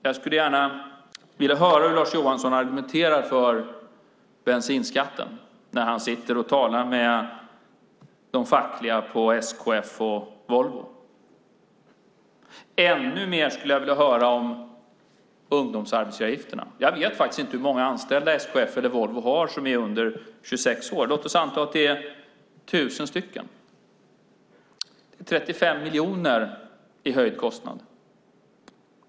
Jag skulle gärna vilja höra hur Lars Johansson argumenterar för bensinskatten när han sitter och talar med de fackliga på SKF och Volvo. Ännu mer skulle jag vilja höra om ungdomsarbetsgivaravgifterna. Jag vet faktiskt inte hur många anställda SKF och Volvo har som är under 26 år. Låt oss anta att det är 1 000. Det blir 35 miljoner i höjd kostnad.